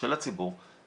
של הציבור,